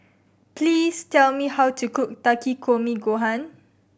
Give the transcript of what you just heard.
please tell me how to cook Takikomi Gohan